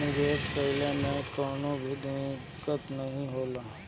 निवेश कइला मे कवनो भी दिक्कत नाइ होला